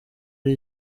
ari